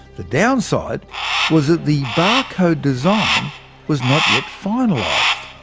the downside was that the barcode design was not yet finalised.